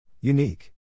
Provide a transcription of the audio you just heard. Unique